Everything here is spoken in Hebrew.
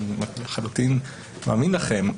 אני לחלוטין מאמין לכם,